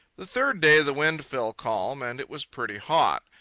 the third day the wind fell calm, and it was pretty hot.